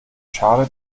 schale